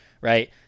right